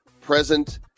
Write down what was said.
present